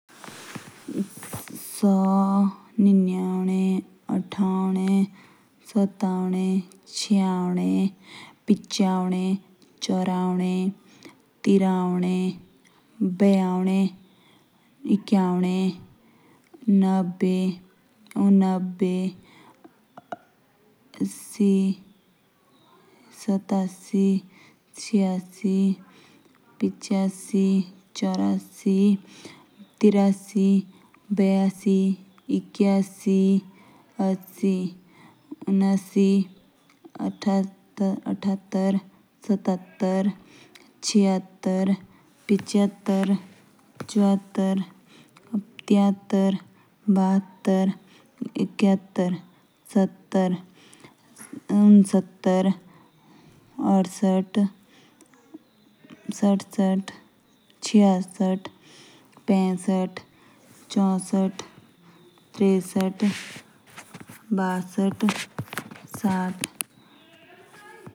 जीरो, निनियानवे, अथानवे, सतनानवे, चियानवे, पिचियानवे, चोरानवे, तिरानवे, बीनवे, इकियानवे। नम्बे, उन्मभे, अथासी, स्टासी, चियासी, पिचियासी, चोरासी, तिरासी, बियासी, इकियासी अस्सी।